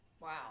Wow